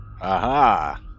Aha